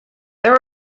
there